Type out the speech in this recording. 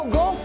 go